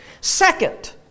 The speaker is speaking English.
Second